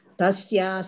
Tasya